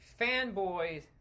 fanboys